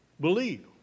believe